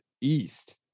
east